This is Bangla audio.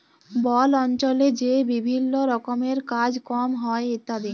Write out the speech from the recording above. বল অল্চলে যে বিভিল্ল্য রকমের কাজ কম হ্যয় ইত্যাদি